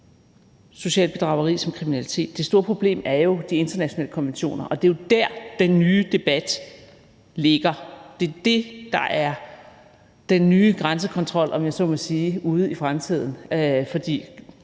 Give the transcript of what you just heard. socialt bedrageri som kriminalitet. Det store problem er jo de internationale konventioner, og det er dér, den nye debat ligger. Det er dét, der er den nye grænsekontrol, om jeg så må sige, ude i fremtiden. For